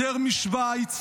יותר משווייץ,